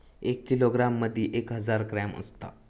एक किलोग्रॅम मदि एक हजार ग्रॅम असात